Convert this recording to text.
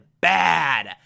bad